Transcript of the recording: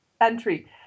Entry